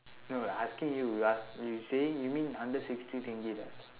no I asking you you ask you saying you mean hundred sixty ringgit ah